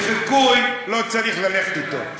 וחיקוי לא צריך ללכת אתו.